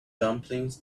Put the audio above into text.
dumplings